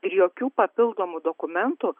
jokių papildomų dokumentų